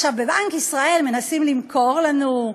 בבנק ישראל מנסים למכור לנו,